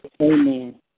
Amen